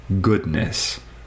goodness